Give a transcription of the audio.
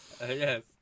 Yes